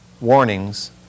warnings